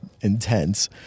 intense